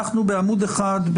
אנחנו בעמוד 1,